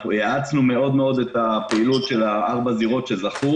האצנו מאוד מאוד את הפעילות של ארבע הזירות שזכו